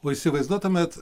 o įsivaizduotumėt